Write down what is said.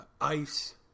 ice